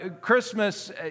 Christmas